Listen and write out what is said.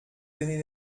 l’année